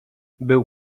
był